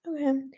Okay